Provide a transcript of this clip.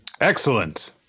Excellent